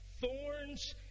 Thorns